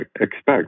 expect